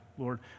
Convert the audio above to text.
Lord